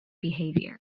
behavior